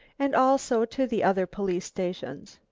and also to the other police stations.